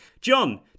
John